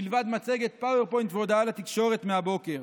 מלבד מצגת Power Point והודעה לתקשורת מהבוקר.